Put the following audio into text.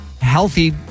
healthy